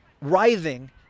writhing